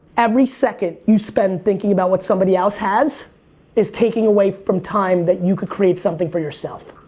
every second you spend thinking about what somebody else has is taking away from time that you could create something for yourself.